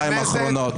בשנתיים האחרונות.